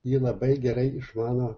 ji labai gerai išmano